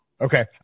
Okay